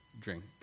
drink